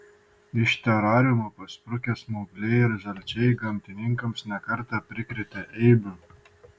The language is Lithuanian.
iš terariumų pasprukę smaugliai ir žalčiai gamtininkams ne kartą prikrėtė eibių